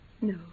No